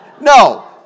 No